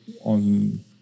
on